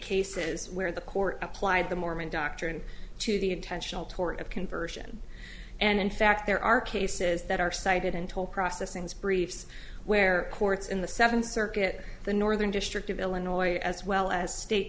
cases where the court applied the mormon doctrine to the intentional tort of conversion and in fact there are cases that are cited and told process things briefs where courts in the seventh circuit the northern district of illinois as well as state